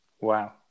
Wow